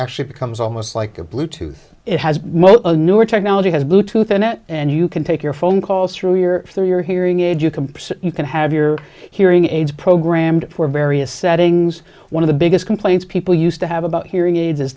actually becomes almost like a bluetooth it has most newer technology has bluetooth in it and you can take your phone calls through your through your hearing aids you can you can have your hearing aids programmed for various settings one of the biggest complaints people used to have about hearing aids